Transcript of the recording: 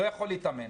לא יכול להתאמן.